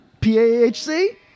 P-A-H-C